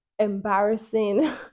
embarrassing